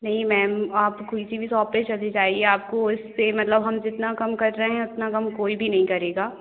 नहीं मैम आप किसी भी सॉप पर चली जाइए आपको इससे मतलब हम जितना कम कर रहे हैं उतना कम कोई भी नहीं करेगा